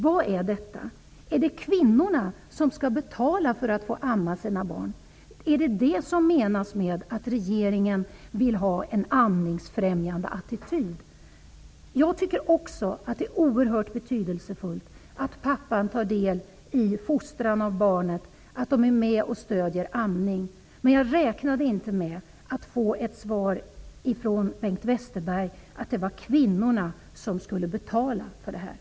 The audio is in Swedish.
Vad är detta? Skall kvinnorna betala för att få amma sina barn? Är det detta som regeringen menar med en amningsfrämjande attityd? Jag tycker också att det är oerhört betydelsefullt att pappan tar del i fostran av barnen, att han är med och stöder amning. Men jag räknade inte med att få ett svar från Bengt Westerberg att det är kvinnorna som skall betala för detta.